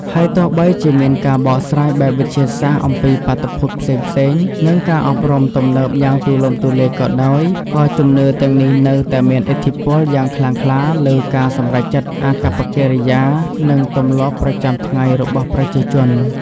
ហើយទោះបីជាមានការបកស្រាយបែបវិទ្យាសាស្ត្រអំពីបាតុភូតផ្សេងៗ និងការអប់រំទំនើបយ៉ាងទូលំទូលាយក៏ដោយ ក៏ជំនឿទាំងនេះនៅតែមានឥទ្ធិពលយ៉ាងខ្លាំងក្លាលើការសម្រេចចិត្ត អាកប្បកិរិយា និងទម្លាប់ប្រចាំថ្ងៃរបស់ប្រជាជន។